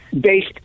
based